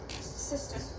Sister